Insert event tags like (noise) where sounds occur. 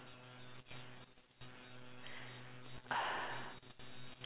(noise)